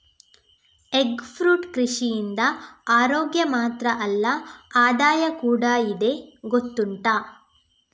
egg fruit ಕೃಷಿಯಿಂದ ಅರೋಗ್ಯ ಮಾತ್ರ ಅಲ್ಲ ಆದಾಯ ಕೂಡಾ ಇದೆ ಗೊತ್ತುಂಟಾ